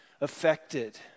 affected